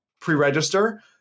pre-register